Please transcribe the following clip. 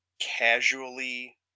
casually